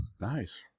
Nice